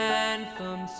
anthem